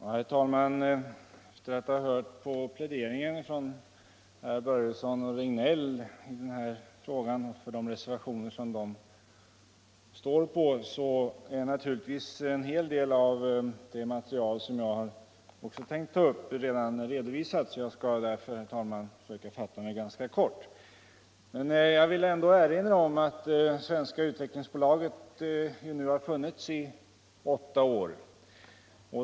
Herr talman! Genom herrar Börjessons i Glömminge och Regnélls pläderingar för de reservationer som de står för har en hel del av de ting som också jag tänkt ta upp blivit redovisade. jag skall därför, herr talman, försöka fatta mig ganska kort. Svenska Utvecklingsaktiebolaget har nu funnits i åtta år.